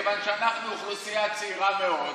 כיוון שאנחנו אוכלוסייה צעירה מאוד,